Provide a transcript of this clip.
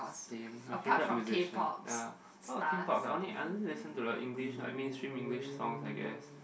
same my favorite musicians uh Linkin-Park I only I only listen to the English like mainstream English songs I guess